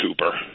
Cooper